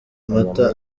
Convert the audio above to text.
amata